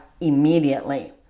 immediately